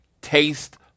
taste